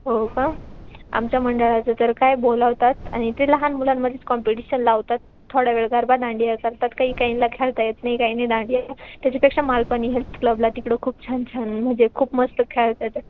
हो का आमच्या मंडळाचं तर काय बोलावतात आणि ते लहान मुलांमध्येच कॉम्पिटिशन लावतात थोडावेळ गरबा दांडीया करतात काही काहींना खेळता येत नाही काहीना दांडीया त्याच्यापेक्षा मालपणी हेल्थ क्लबला तिकडं खूप छान छान म्हणजे खूप मस्त खेळता येत